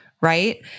right